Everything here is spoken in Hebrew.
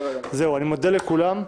זהו, אני מודה לכולם.